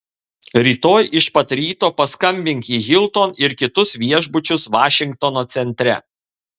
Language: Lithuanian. rytoj iš pat ryto paskambink į hilton ir kitus viešbučius vašingtono centre